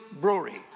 Brewery